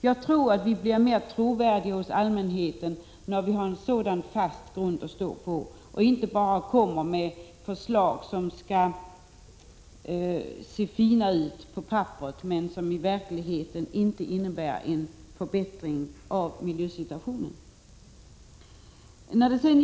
Jag tror att vi blir mer trovärdiga hos allmänheten när vi har en sådan fast grund att stå på och inte bara kommer med förslag som skall se fina ut på papperet, men som i verkligheten inte innebär en förbättring av miljösituationen.